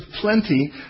plenty